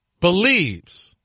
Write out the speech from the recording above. believes